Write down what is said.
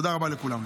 תודה רבה לכולם.